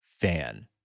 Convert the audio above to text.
fan